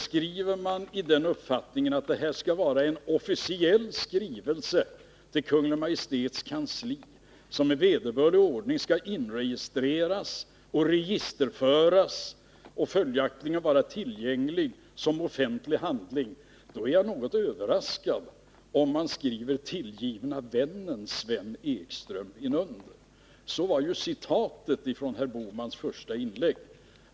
Skriver man i den uppfattningen att det skall vara en officiell skrivelse till Kungl. Maj:ts kansli, som i vederbörlig ordning skall registerföras och som följaktligen skall vara tillgänglig som offentlig handling, så är jag något överraskad om man skriver: Tillgivne vännen Sven Ekström. Så hette det ju i citatet i Gösta Bohmans första inlägg.